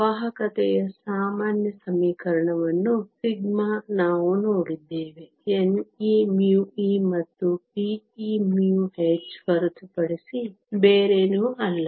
ವಾಹಕತೆಯ ಸಾಮಾನ್ಯ ಸಮೀಕರಣವನ್ನು σ ನಾವು ನೋಡಿದ್ದೇವೆ neμe ಮತ್ತು peμh ಹೊರತುಪಡಿಸಿ ಬೇರೇನೂ ಅಲ್ಲ